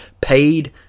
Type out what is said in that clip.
paid